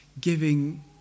giving